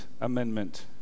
Amendment